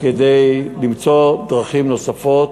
כדי למצוא דרכים נוספות.